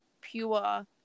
pure